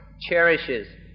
cherishes